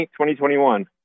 2021